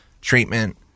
treatment